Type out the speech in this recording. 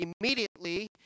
Immediately